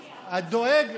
זו הצעת חוק שלי.